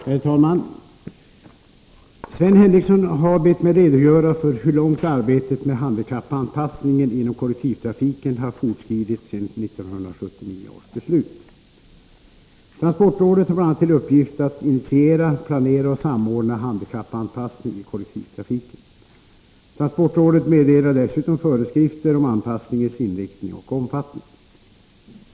Herr talman! Sven Henricsson har bett mig redogöra för hur långt arbetet med handikappanpassningen inom kollektivtrafiken har fortskridit sedan 1979 års beslut. Transportrådet har bl.a. till uppgift att initiera, planera och samordna handikappanpassning i kollektivtrafiken. Transportrådet meddelar dessutom föreskrifter om anpassningens inriktning och omfattning.